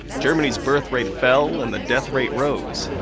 germany's birth rate fell and the death rate rose.